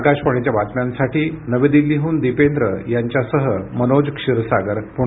आकाशवाणीच्या बातम्यांसाठी नवी दिल्लीहून दिपेंद्र यांच्यासह मनोज क्षीरसागर पुणे